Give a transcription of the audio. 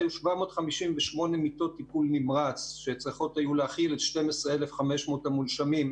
היו 758 מיטות טיפול נמרץ שצריכות היו להכיל את 12,500 המונשמים.